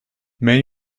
meen